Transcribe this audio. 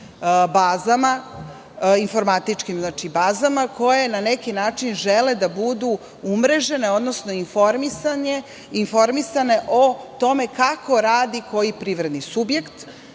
bazama, informatičkim bazama koje na neki način žele da budu umrežene, odnosno informisane o tome kako radi koji privredni subjekt,